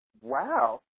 wow